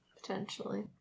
Potentially